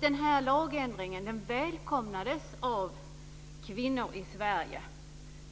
Den här lagändringen välkomnades av kvinnor i Sverige.